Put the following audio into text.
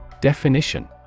Definition